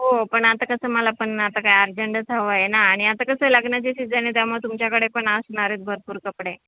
हो पण आता कसं मला पण आता काय अर्जंटच हवं आहे ना आणि आता कसं लग्नाचे सीजन आहे त्यामुळे तुमच्याकडे पण असणार आहेत भरपूर कपडे